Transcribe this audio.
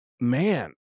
Man